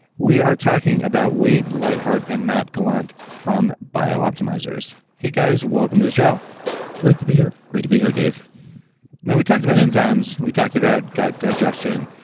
we are talking about wade lightheart and matt gallant from bioptimizers. hey guys welcome to the show great to be here great to be here, dave now, we talked about enzymes. we talked about gut digestion,